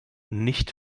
nicht